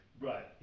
Right